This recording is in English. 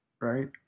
right